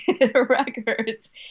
records